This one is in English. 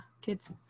kids